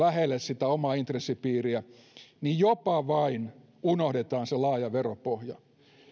lähelle omaa intressipiiriä niin jopa vain unohdetaan se laaja veropohja